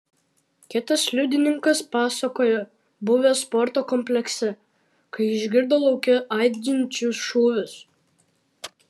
kitas liudininkas pasakojo buvęs sporto komplekse kai išgirdo lauke aidinčius šūvius